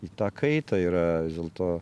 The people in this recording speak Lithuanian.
į tą kaitą yra dėl to